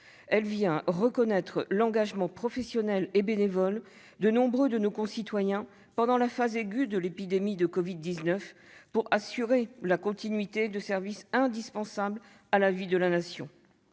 Il vient reconnaître l'engagement professionnel et bénévole de nombreux de nos concitoyens pendant la phase aiguë de l'épidémie de Covid-19 pour assurer la continuité de services indispensables à la vie de la Nation.